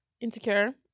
insecure